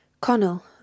Connell